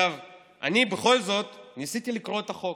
אני בכל זאת ניסיתי לקרוא את החוק.